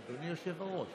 אדוני יושב-הראש.